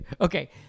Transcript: okay